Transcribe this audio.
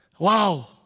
Wow